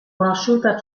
conosciuta